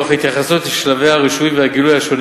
תוך התייחסות לשלבי הרישוי והגילוי השונים